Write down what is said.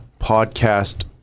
podcast